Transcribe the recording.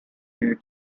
air